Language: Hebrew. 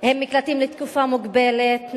הם מקלטים לתקופה מוגבלת.